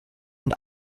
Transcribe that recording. und